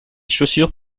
chaussures